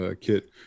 kit